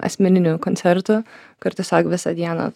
asmeninių koncertų kur tiesiog visą dieną